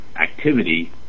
activity